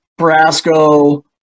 Brasco